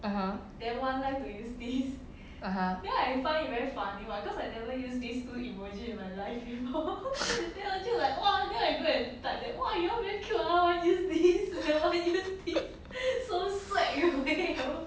(uh huh) (uh huh)